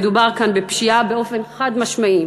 מדובר כאן בפשיעה באופן חד-משמעי,